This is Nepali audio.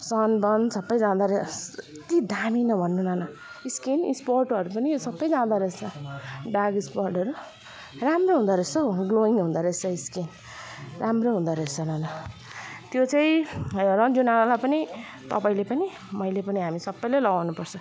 सनबर्न सबै जाँदो रहेछ यत्ति दामी नभन्नू नाना स्किन स्पोटहरू पनि यो सबै जाँदो रहेछ डार्क स्पटहरू राम्रो हुँदो रहेछ हौ ग्लोइङ हुँदो रहेछ स्किन राम्रो हुँदो रहेछ नाना त्यो चाहिँ रन्जु नानालाई पनि तपाईँले पनि मैले पनि हामी सबैले लगाउनुपर्छ